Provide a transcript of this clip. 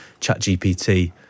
ChatGPT